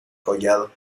collado